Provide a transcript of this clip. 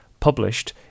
published